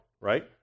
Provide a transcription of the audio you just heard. right